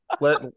let